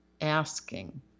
asking